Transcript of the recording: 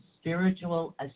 spiritual